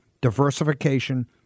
Diversification